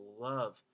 love